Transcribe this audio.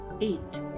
eight